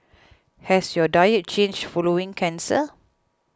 has your diet changed following cancer